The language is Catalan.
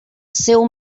seu